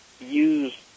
use